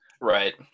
Right